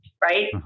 Right